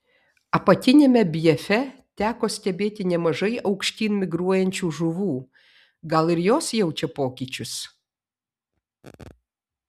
apatiniame bjefe teko stebėti nemažai aukštyn migruojančių žuvų gal ir jos jaučia pokyčius